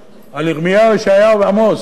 על ירמיהו, ישעיהו ועמוס.